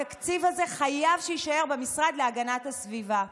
התקציב הזה חייב להישאר במשרד להגנת הסביבה.